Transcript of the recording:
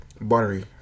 buttery